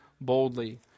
boldly